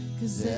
cause